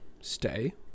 stay